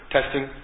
Testing